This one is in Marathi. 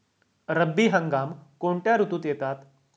रब्बी हंगाम कोणत्या ऋतूत येतात?